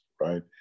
right